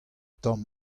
tamm